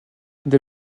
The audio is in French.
des